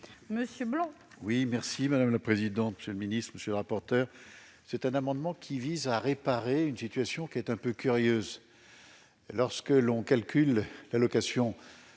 Monsieur Blanc,